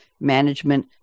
management